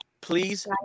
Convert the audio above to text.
Please